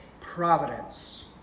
providence